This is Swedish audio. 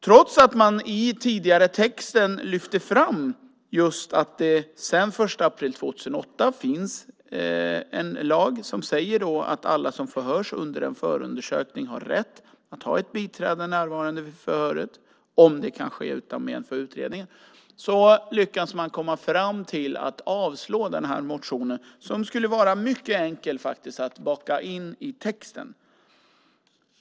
Trots att man i den tidigare texten lyfter fram just att det sedan den 1 april 2008 finns en lag som säger att alla som förhörs under en förundersökning har rätt att ha ett biträde närvarande vid förhöret om det kan ske utan men för utredningen lyckas man komma fram till att man ska avstyrka denna motion som skulle vara mycket enkel att baka in i texten.